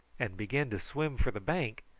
and began to swim for the bank,